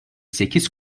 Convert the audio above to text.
sekiz